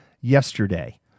yesterday